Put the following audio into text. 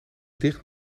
dicht